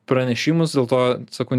pranešimus dėl to sakau